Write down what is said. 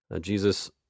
Jesus